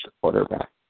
quarterback